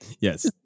Yes